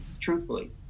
truthfully